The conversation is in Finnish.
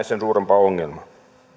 sen suurempaa ongelmaa